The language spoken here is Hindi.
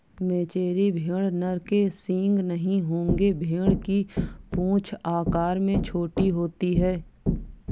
मेचेरी भेड़ नर के सींग नहीं होंगे भेड़ की पूंछ आकार में छोटी होती है